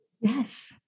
Yes